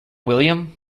william